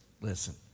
listen